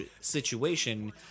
situation